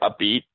upbeat